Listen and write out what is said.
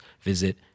visit